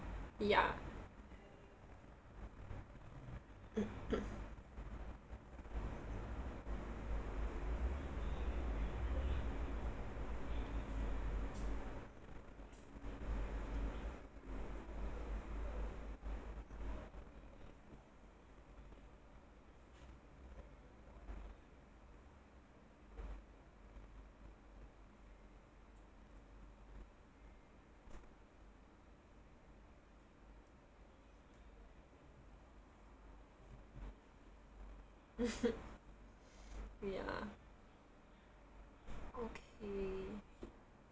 ya ya okay